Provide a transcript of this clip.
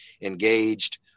engaged